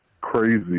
crazy